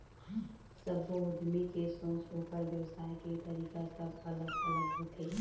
सब्बो उद्यमी के सोच, ओखर बेवसाय के तरीका सब अलग अलग होथे